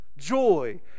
joy